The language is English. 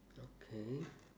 okay